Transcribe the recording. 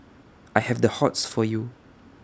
I have the hots for you